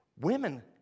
women